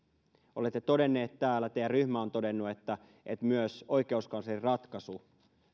olette todenneet täällä teidän ryhmänne on todennut että että myös oikeuskanslerin ratkaisu